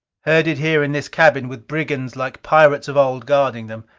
herded here in this cabin, with brigands like pirates of old, guarding them.